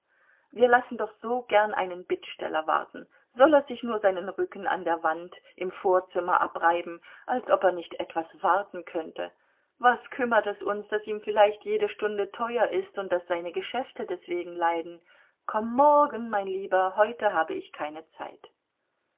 wir lassen doch so gern einen bittsteller warten soll er sich nur seinen rücken an der wand im vorzimmer abreiben als ob er nicht etwas warten könnte was kümmert es uns daß ihm vielleicht jede stunde teuer ist und daß seine geschäfte deswegen leiden komm morgen mein lieber heute habe ich keine zeit